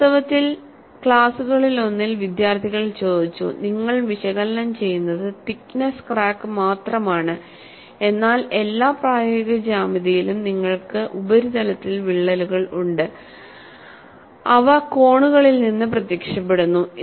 വാസ്തവത്തിൽ ക്ലാസുകളിലൊന്നിൽ വിദ്യാർത്ഥികൾ ചോദിച്ചു നിങ്ങൾ വിശകലനം ചെയ്യുന്നത് തിക്നെസ്സ് ക്രാക്ക് മാത്രമാണ് എന്നാൽ എല്ലാ പ്രായോഗിക ജ്യാമിതിയിലും നിങ്ങൾക്ക് ഉപരിതലത്തിൽ വിള്ളലുകൾ ഉണ്ട്അവ കോണുകളിൽ നിന്ന് പ്രത്യക്ഷപ്പെടുന്നു